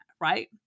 right